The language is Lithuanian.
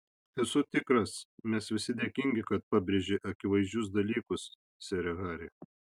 esu tikras mes visi dėkingi kad pabrėži akivaizdžius dalykus sere hari